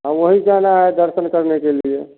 हाँ वही जाना है दर्शन करने के लिए